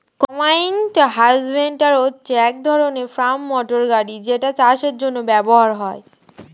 combine harvester হচ্ছে এক ধরণের ফার্ম মোটর গাড়ি যেটা চাষের জন্য ব্যবহার হয়